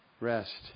rest